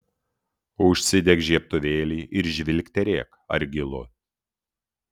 užsidek žiebtuvėlį ir žvilgterėk ar gilu